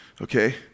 Okay